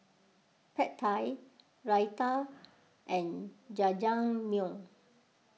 Pad Thai Raita and Jajangmyeon